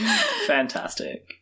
Fantastic